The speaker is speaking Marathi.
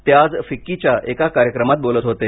ते आज फिक्कीच्या एका कार्यक्रमात बोलत होते